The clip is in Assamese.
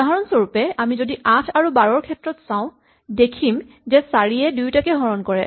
উদাহৰণস্বৰূপে আমি যদি ৮ আৰু ১২ ৰ ক্ষেত্ৰত চাওঁ দেখিম যে ৪ য়ে দুয়োটাকে হৰণ কৰে